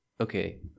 okay